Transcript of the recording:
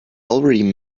already